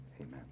amen